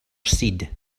seed